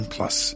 Plus